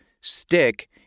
Stick